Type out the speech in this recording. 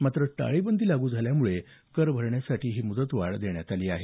मात्र टाळेबंदी लागू झाल्यामुळे कर भरण्यासाठी मुदतवाढ देण्यात आली आहे